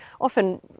often